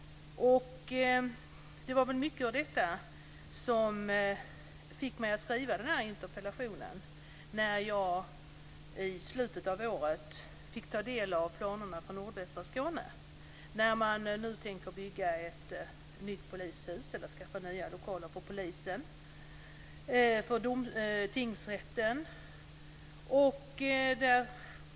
Det var mycket av detta som fick mig att skriva den här interpellationen. I slutet av året fick jag ta del av planerna för nordvästra Skåne där man nu tänker bygga ett nytt polishus eller skaffa nya lokaler för polisen och för tingsrätten.